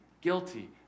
guilty